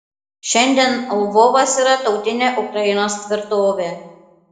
šiandien lvovas yra tautinė ukrainos tvirtovė